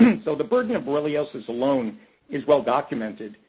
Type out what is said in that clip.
so, the burden of borreliosis alone is well document,